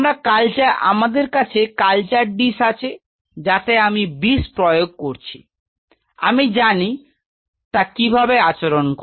তো আমার culture dish আছে যাতে আমি বিষ প্রয়োগ করছি আমি জানি কিভাবে তা আচরণ করে